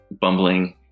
bumbling